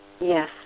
Yes